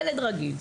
ילד רגיל.